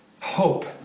hope